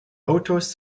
autos